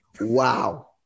wow